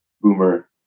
boomer